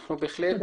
כרגע,